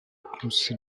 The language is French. conçu